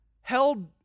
held